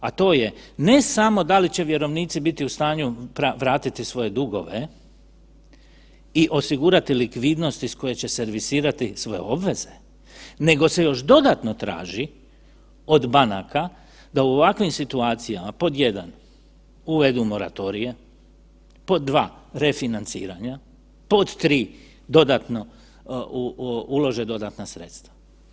A to je ne samo da li će vjerovnici biti u stanju vratiti svoje dugove i osigurati likvidnost iz koje će servisirati svoje obveze, nego se još dodatno traži od banaka da u ovakvim situacijama, pod 1, uvedu moratorije, pod 2 refinanciranja, pod 3 dodatno, ulože dodatna sredstva.